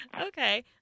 Okay